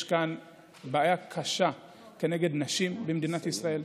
יש כאן בעיה קשה כנגד נשים במדינת ישראל.